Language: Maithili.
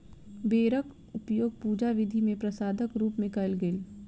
बेरक उपयोग पूजा विधि मे प्रसादक रूप मे कयल गेल